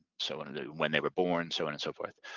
so when and when they were born, so on and so forth.